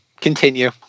Continue